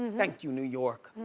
thank you, new york.